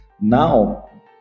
Now